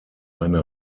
eine